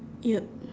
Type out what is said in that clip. yup